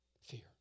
Fear